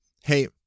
Hey